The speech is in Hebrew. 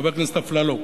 חבר הכנסת אפללו,